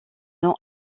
non